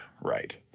Right